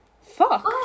Fuck